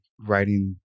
writing